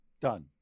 Done